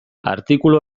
artikulu